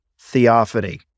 Theophany